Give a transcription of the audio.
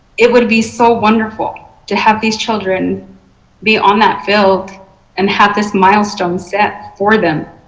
it would be so wonderful to have these children be on that field and have this milestone set for them.